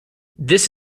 this